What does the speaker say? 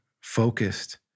focused